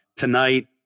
Tonight